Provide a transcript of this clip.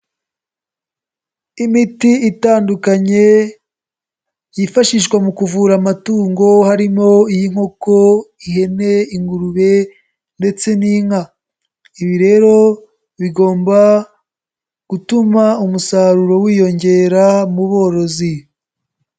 Imiti itandukanye yifashishwa mu kuvura amatungo harimo iy'inkoko, ihene, ingurube ndetse n'inka, ibi rero bigomba gutuma umusaruro wiyongera mu borozi.